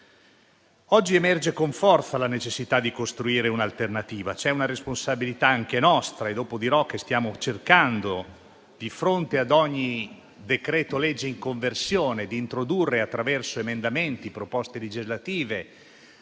Oggi emerge con forza la necessità di costruire un'alternativa; c'è una responsabilità anche nostra - dopo ne dirò - relativa al fatto che stiamo cercando, di fronte ad ogni decreto-legge in conversione, di introdurre, attraverso emendamenti alle proposte legislative,